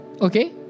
Okay